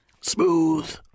Smooth